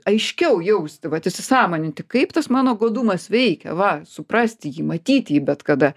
aiškiau jausti vat įsisąmoninti kaip tas mano godumas veikia va suprasti jį matyt jį bet kada